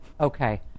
okay